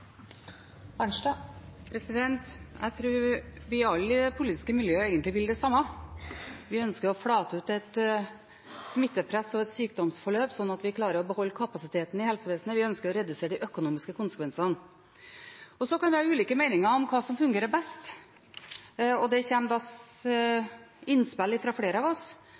Jeg tror vi alle i det politiske miljøet egentlig vil det samme. Vi ønsker å flate ut et smittepress og et sykdomsforløp, slik at vi klarer å beholde kapasiteten i helsevesenet, og vi ønsker å redusere de økonomiske konsekvensene. Så kan vi ha ulike meninger om hva som fungerer best, og det kommer innspill fra flere av oss.